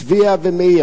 צביה ואמיל,